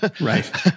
Right